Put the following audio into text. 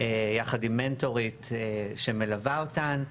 יחד עם מנטורית שמלווה אותן,